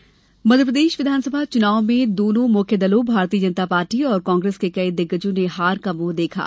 दिग्गज हारे जीते मध्यप्रदेश विधानसभा चुनाव में दोनों मुख्य दलों भारतीय जनता पार्टी और कांग्रेस के कई दिग्गजों ने हार का मुंह देखा